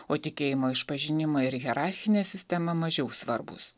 o tikėjimo išpažinimą ir hierarchinė sistema mažiau svarbūs